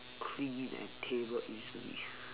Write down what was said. clean and table easily